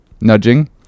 Nudging